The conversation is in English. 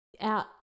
out